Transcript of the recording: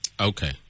okay